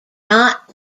not